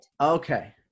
okay